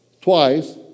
twice